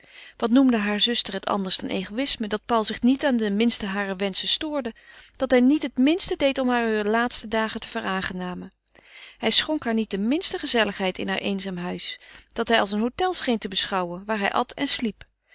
wat noemde haar zuster het anders dan egoïsme dat paul zich niet aan de minste harer wenschen stoorde dat hij niet het minste deed om haar heur laatste dagen te veraangenamen hij schonk haar niet de minste gezelligheid in haar eenzaam huis dat hij als een hôtel scheen te beschouwen waar hij at en sliep